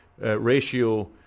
ratio